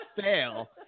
fail